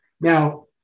Now